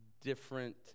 different